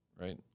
Right